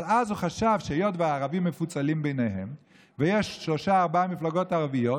אבל אז חשב שהיות שהערבים מפוצלים ביניהם ויש שלוש-ארבע מפלגות ערביות,